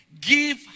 Give